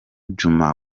djuma